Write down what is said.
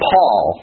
Paul